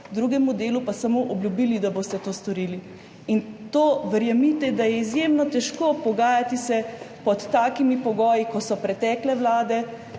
drugemu delu pa samo obljubili, da boste to storili. In verjemite, da je izjemno težko pogajati se pod takimi pogoji, ko so pretekle vlade